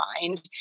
mind